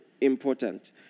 important